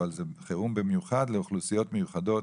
וזה חירום במיוחד לאוכלוסיות מיוחדות,